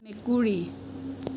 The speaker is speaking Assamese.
মেকুৰী